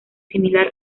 similar